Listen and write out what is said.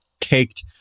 caked